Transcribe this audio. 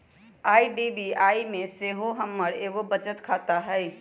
IDBI में सेहो हमर एगो बचत खता हइ